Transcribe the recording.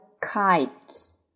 kites